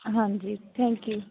ਹਾਂਜੀ thank you